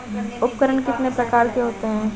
उपकरण कितने प्रकार के होते हैं?